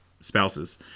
spouses